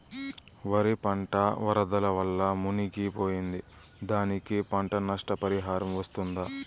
వరి పంట వరదల వల్ల మునిగి పోయింది, దానికి పంట నష్ట పరిహారం వస్తుందా?